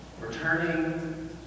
Returning